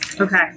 Okay